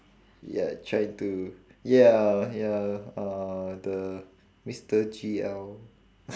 ya trying to ya ya uh the mister G L